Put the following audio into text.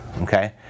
okay